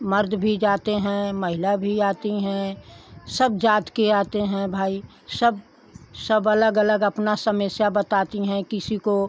मर्द भी जाते हैं महिला भी आती हैं सब जात के आते हैं भाई सब सब अलग अलग अपना समस्या बताती हैं किसी को